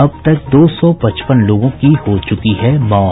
अब तक दो सौ पचपन लोगों की हो चुकी है मौत